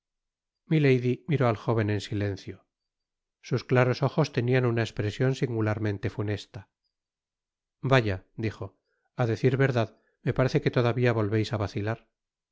miró al jóven en silencio sus claros ojos tenian una espresion singularmente funesta vaya dijo á decir verdad me parece que todavia volveis á vacilar